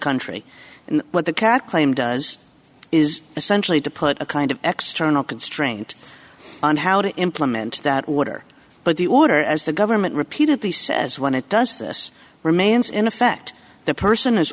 country and what the cat claim does is essentially to put a kind of external constraint on how to implement that order but the order as the government repeatedly says when it does this remains in effect the person